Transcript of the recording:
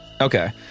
Okay